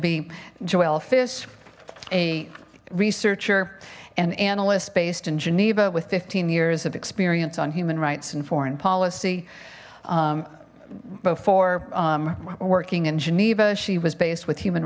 be jo elf is a researcher and analyst based in geneva with fifteen years of experience on human rights and foreign policy before working in geneva she was based with human